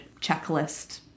checklist